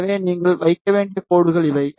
எனவே நீங்கள் வைக்க வேண்டிய கோடுகள் இவை